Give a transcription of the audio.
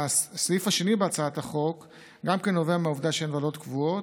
הסעיף השני בהצעת החוק גם כן נובע מהעובדה שאין ועדות קבועות.